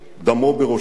דמו בראשו.